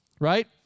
right